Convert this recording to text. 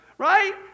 Right